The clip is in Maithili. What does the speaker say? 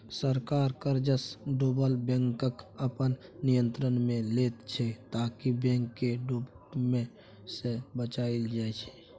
सरकार कर्जसँ डुबल बैंककेँ अपन नियंत्रणमे लैत छै ताकि बैंक केँ डुबय सँ बचाएल जाइ